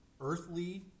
earthly